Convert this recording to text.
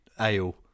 ale